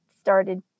started